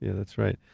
yeah that's right.